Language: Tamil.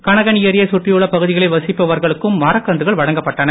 கனகன் ஏரியை சுற்றியுள்ள பகுதிகளில் வசிப்பவர்களுக்கும் மரக்கன்றுகள் வழங்கப்பட்டன